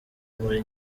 muri